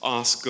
ask